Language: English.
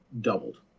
doubled